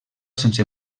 sense